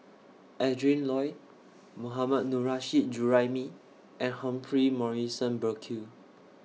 Adrin Loi Mohammad Nurrasyid Juraimi and Humphrey Morrison Burkill